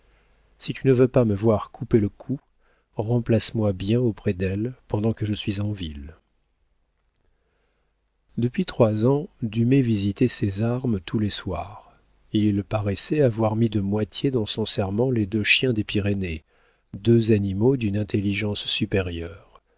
si tu ne veux pas me voir couper le cou remplace moi bien auprès d'elle pendant que je suis en ville depuis trois ans dumay visitait ses armes tous les soirs il paraissait avoir mis de moitié dans son serment les deux chiens des pyrénées deux animaux d'une intelligence supérieure